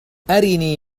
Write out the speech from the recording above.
أرني